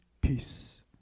peace